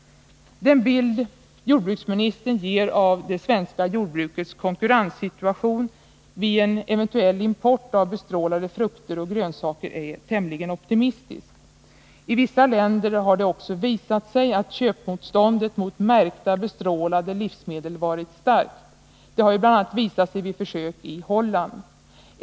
Den bild jordbruksministern ger av det svenska jordbrukets konkurrenssituation vid en eventuell import av bestrålade frukter och grönsaker är tämligen optimistisk. I vissa länder har det visat sig att köpmotståndet mot märkta bestrålade livsmedel varit starkt. Det har bl.a. visat sig vid försök i Holland.